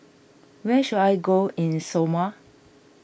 where should I go in Samoa